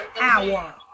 Hour